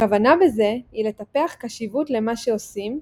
הכוונה בזה היא לטפח קשיבות למה שעושים,